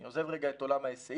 אני עוזב רגע את עולם ההיסעים.